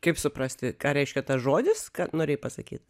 kaip suprasti ką reiškia tas žodis ką norėjai pasakyt